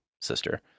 sister